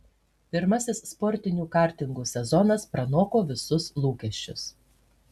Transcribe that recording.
pirmasis sportinių kartingų sezonas pranoko visus lūkesčius